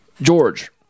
George